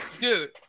Dude